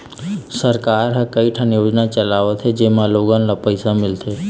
सरकार ह कइठन योजना चलावत हे जेमा लोगन ल पइसा मिलथे